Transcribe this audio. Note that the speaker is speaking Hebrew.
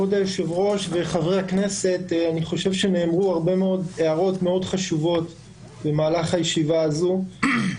אני חושב שנאמרו הערות מאוד חשובות במהלך הישיבה הזאת.